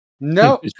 no